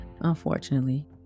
unfortunately